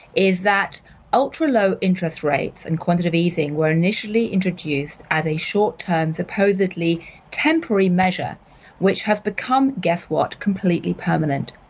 is that ultra-low interest rates and quantitative easing were initially introduced as a short-term, supposedly temporary measure which has become guess what, completely permanent.